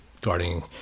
guarding